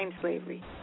slavery